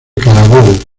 carabobo